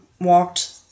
walked